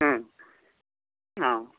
ও অ